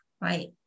right